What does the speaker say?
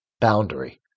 boundary